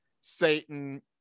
Satan